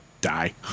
die